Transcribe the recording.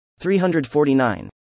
349